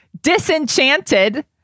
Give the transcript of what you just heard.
Disenchanted